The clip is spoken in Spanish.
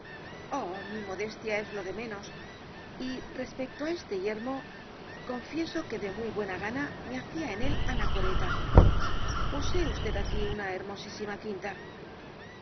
oh mi molestia es lo de menos y respecto á este yermo confieso que de muy buena gana me hacía en él anacoreta posee usted aquí una hermosísima quinta